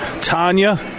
Tanya